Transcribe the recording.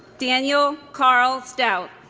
daniel karl stoudt